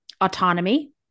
autonomy